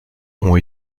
ont